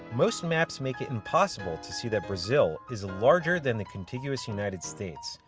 most maps make it impossible to see that brazil is larger than the contiguous united states,